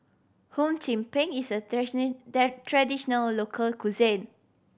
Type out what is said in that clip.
Hum Chim Peng is a raditional local cuisine